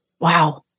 Wow